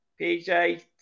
PJ